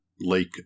Lake